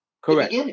correct